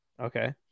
Okay